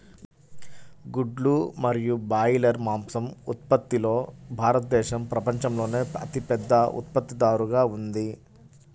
గుడ్లు మరియు బ్రాయిలర్ మాంసం ఉత్పత్తిలో భారతదేశం ప్రపంచంలోనే అతిపెద్ద ఉత్పత్తిదారుగా ఉంది